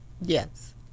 Yes